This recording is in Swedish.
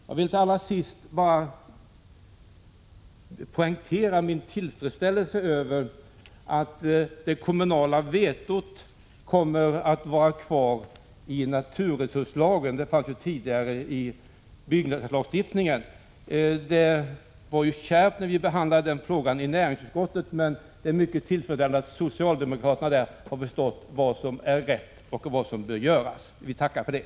Jag vill allra sist poängtera min tillfredsställelse över att den kommunala vetorätten kommer att vara kvar i naturresurslagen; den fanns ju tidigare i byggnadslagstiftningen. Det var kärvt när vi behandlade den frågan i näringsutskottet, men det är mycket tillfredsställande att socialdemokraterna där har förstått vad som är rätt och vad som bör göras. Vi tackar för det.